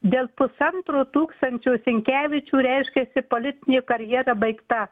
dėl pusantro tūkstančio sinkevičių reiškiasi politinė karjera baigta